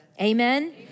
Amen